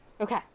Okay